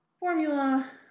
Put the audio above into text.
formula